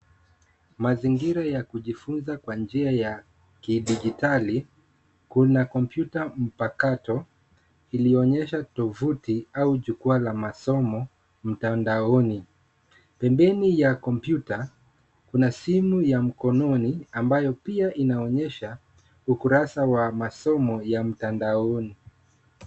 Mazingira ya kujifunza kwa njia ya kidijitali. Kuna kompyuta mpakato iliyoonyesha tovuti au jukwaa la masomo mtandaoni. Pembeni ya kompyuta kuna simu ya mkononi ambayo pia inaonyesha ukurasa wa masomo ya mtandaoni.